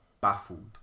baffled